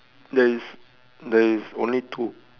there is there is only two